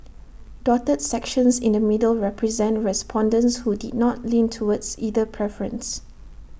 dotted sections in the middle represent respondents who did not lean towards either preference